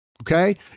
okay